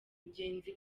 mugenzi